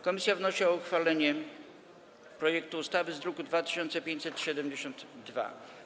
Komisja wnosi o uchwalenie projektu ustawy z druku nr 2572.